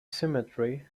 symmetry